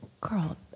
Girl